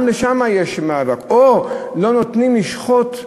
גם לשם יש מאבק, או לא נותנים לשחוט,